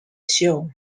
show